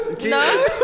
No